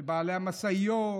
של בעלי המשאיות,